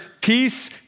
peace